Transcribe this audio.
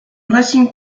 racing